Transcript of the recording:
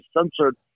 censored